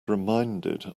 reminded